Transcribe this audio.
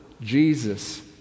Jesus